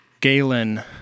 Galen